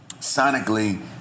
Sonically